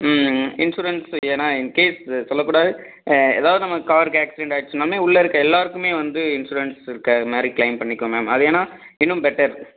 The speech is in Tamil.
ம் ம் இன்சூரன்ஸு ஏன்னா இன்கேஸ் சொல்லக் கூடாது எதாவது நம்ம கார்க்கு ஆக்சிடென்ட் ஆயிடுச்சுனாலுமே உள்ள இருக்க எல்லாருக்குமே வந்து இன்சூரன்ஸ் இருக்க மாதிரி க்ளைம் பண்ணிக்கோங்க மேம் அது ஏன்னா இன்னும் பெட்டர்